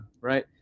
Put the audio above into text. Right